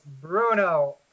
Bruno